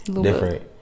different